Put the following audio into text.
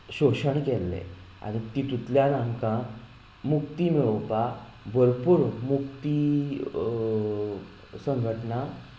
सोशण केल्लें आनी तितूंतल्यान आमकां मुक्ती मेळोवपाक भरपूर मुक्ती संघटना